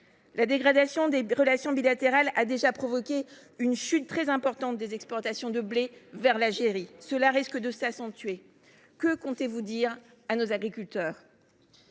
La dégradation de nos relations bilatérales a déjà provoqué une chute très importante des exportations françaises de blé vers l’Algérie, et le mouvement risque de s’accentuer. Que comptez vous dire à nos agriculteurs ?